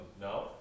no